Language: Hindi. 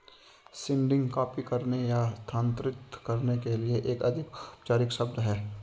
सीडिंग कॉपी करने या स्थानांतरित करने के लिए एक अधिक औपचारिक शब्द है